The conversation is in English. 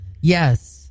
Yes